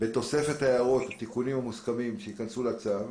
בתוספת ההערות והתיקונים המוסכמים שייכנסו לצו,